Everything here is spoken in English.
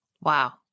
Wow